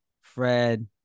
Fred